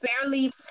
fairly